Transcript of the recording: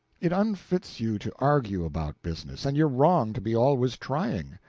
it unfits you to argue about business, and you're wrong to be always trying.